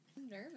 nervous